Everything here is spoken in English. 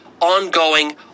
ongoing